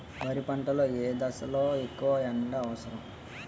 వరి పంట లో ఏ దశ లొ ఎక్కువ ఎండా అవసరం?